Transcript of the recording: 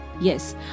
yes